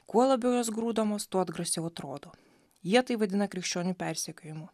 kuo labiau jos grūdamos tuo atgrasiau atrodo jie tai vadina krikščionių persekiojimu